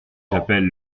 j’appelle